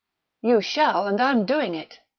you shall, and i'm doing it.